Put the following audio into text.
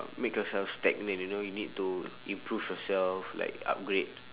make yourself stagnant you know you need to improve yourself like upgrade